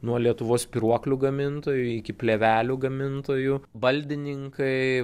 nuo lietuvos spyruoklių gamintojų iki plėvelių gamintojų baldininkai